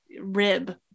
rib